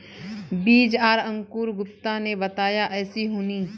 बीज आर अंकूर गुप्ता ने बताया ऐसी होनी?